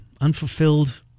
unfulfilled